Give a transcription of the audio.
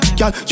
Y'all